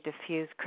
diffuse